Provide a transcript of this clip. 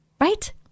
Right